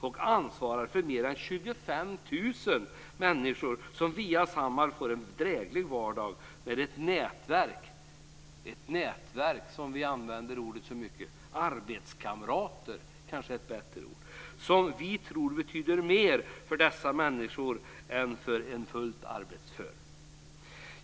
Man ansvarar för mer än 25 000 människor som via Samhall får en dräglig vardag med ett nätverk av arbetskamrater, något som vi tror betyder mer för dessa människor än för en som är fullt arbetsför.